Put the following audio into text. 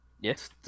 Yes